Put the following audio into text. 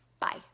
Bye